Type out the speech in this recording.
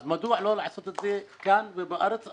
אז מדוע לא לעשות את זה כאן בארץ?